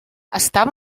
estava